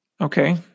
Okay